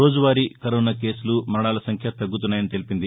రోజువారి కరోస కేసులు మరణాల సంఖ్య తగ్గుతున్నాయని తెలిపింది